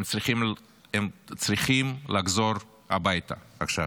הם צריכים לחזור הביתה עכשיו.